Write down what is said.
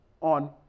on